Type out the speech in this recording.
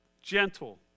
gentle